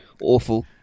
awful